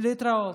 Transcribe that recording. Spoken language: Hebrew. להתראות.